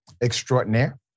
extraordinaire